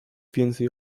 więcej